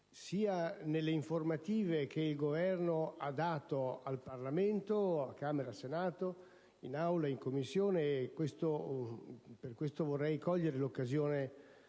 sia nelle informative che il Governo ha dato al Parlamento, Camera e Senato, in Aula e in Commissione. Per questo, vorrei cogliere l'occasione